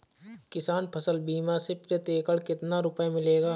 किसान फसल बीमा से प्रति एकड़ कितना रुपया मिलेगा?